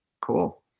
Cool